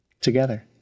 Together